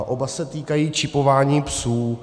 Oba se týkají čipování psů.